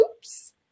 oops